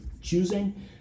choosing